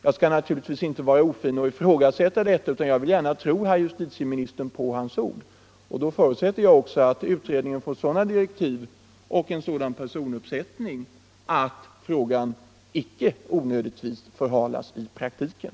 Jag skall naturligtvis inte vara ofin och ifrågasätta detta utan jag vill gärna tro herr justitieministern på hans ord. Då förutsätter jag också att utredningen får sådana direktiv och en sådan personuppsättning att frågan icke onödigtvis förhalas i praktiken.